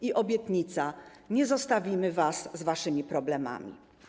I obietnica: nie zostawimy was z waszymi problemami.